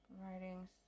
writings